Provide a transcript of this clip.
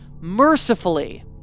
Mercifully